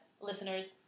listeners